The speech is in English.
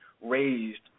raised